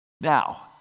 Now